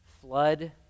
Flood